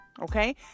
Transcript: okay